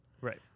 right